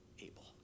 able